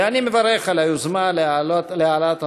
ואני מברך על היוזמה להעלאת הנושא,